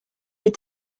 est